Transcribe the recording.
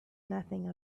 nothing